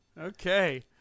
Okay